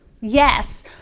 yes